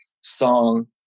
song